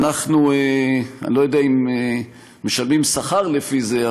אני לא יודע אם משלמים שכר לפי זה,